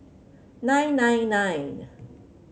nine nine nine